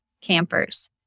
campers